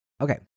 okay